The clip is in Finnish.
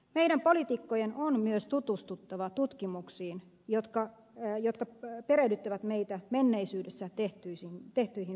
meidän poliitikkojen on myös tutustuttava tutkimuksiin jotka perehdyttävät meitä menneisyydessä tehtyihin virheisiin